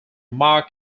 mark